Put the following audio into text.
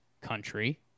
country